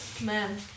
Man